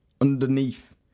underneath